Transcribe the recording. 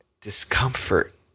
discomfort